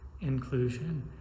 inclusion